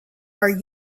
are